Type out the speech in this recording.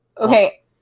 Okay